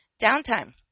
Downtime